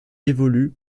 évolue